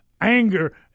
anger